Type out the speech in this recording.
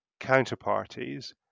counterparties